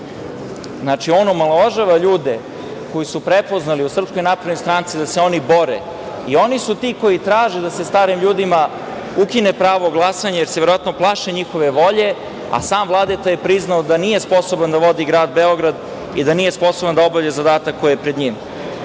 Znači, on omalovažava ljude koji su prepoznali u SNS da se oni bore i oni su ti koji traže da se starim ljudima ukine pravo glasanja, jer se verovatno plaše njihove volje, a sam Vladeta je priznao da nije sposoban da vodi grad Beograd i da nije sposoban da obavlja zadatak koji je pred njim.Za